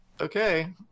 okay